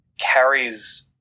carries